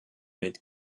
mit